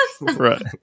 Right